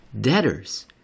debtors